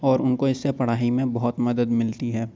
اور ان کو اس سے پڑھائی میں بہت مدد ملتی ہے